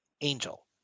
Angel